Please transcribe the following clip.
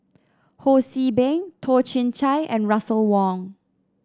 Ho See Beng Toh Chin Chye and Russel Wong